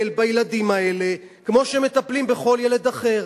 בילדים האלה כמו שמטפלים בכל ילד אחר.